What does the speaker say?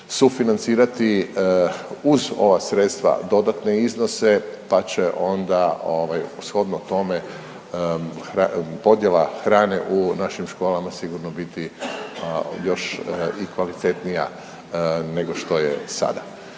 sufinancirati uz ova sredstva dodatne iznose, pa će onda shodno tome podjela hrane u našim školama sigurno biti još i kvalitetnija nego što je sada.